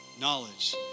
knowledge